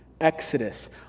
exodus